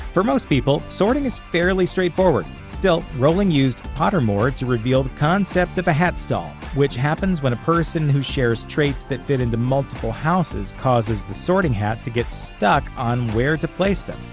for most people, sorting is fairly straightforward. still, rowling used pottermore to reveal the concept of a hatstall, which happens when a person who shares traits that fit into multiple houses causes the sorting hat to get stuck on where to place them,